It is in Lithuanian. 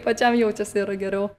pačiam jaučiasi yra geriau